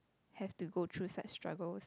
have to go through sex struggle with